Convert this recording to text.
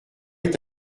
est